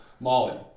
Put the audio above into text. Molly